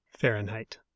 Fahrenheit